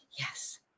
Yes